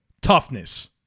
toughness